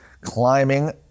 climbing